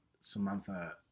Samantha